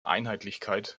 einheitlichkeit